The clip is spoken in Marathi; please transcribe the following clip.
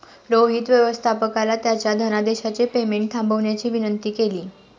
रोहित व्यवस्थापकाला त्याच्या धनादेशचे पेमेंट थांबवण्याची विनंती केली